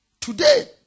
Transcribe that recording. Today